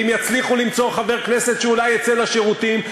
אם יצליחו למצוא חבר כנסת שאולי יצא לשירותים,